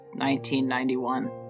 1991